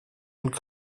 und